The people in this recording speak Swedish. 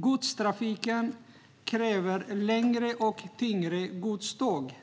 Godstrafiken kräver längre och tyngre godståg.